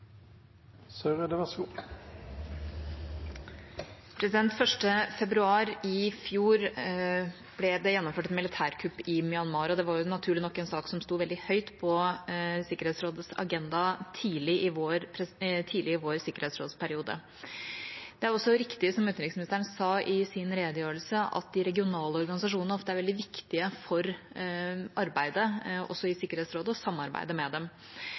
Myanmar, og det var naturlig nok en sak som sto veldig høyt på Sikkerhetsrådets agenda tidlig i vår sikkerhetsrådsperiode. Det er også riktig, som utenriksministeren sa i sin redegjørelse, at de regionale organisasjonene ofte er veldig viktige for arbeidet, også i Sikkerhetsrådet, og samarbeidet med dem.